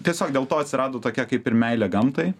tiesiog dėl to atsirado tokia kaip ir meilė gamtai